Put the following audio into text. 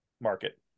market